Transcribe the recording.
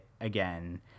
again